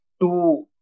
two